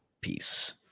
peace